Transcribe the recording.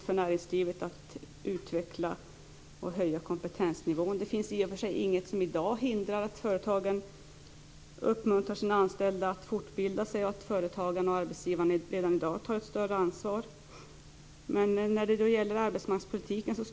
Fru talman!